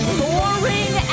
boring